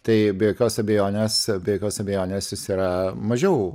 tai be jokios abejonės be jokios abejonės jis yra mažiau